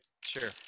Sure